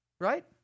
right